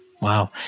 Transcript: Wow